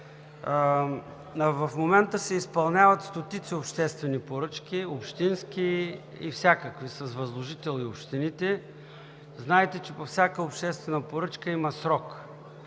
В момента се изпълняват стотици обществени поръчки – общински и всякакви, с възложител и общините. Знаете, че по всяка обществена поръчка има срок